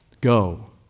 go